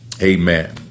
Amen